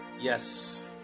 Yes